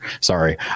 Sorry